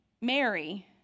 Mary